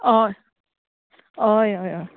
हय हय हय हय